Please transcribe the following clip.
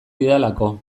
didalako